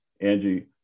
Angie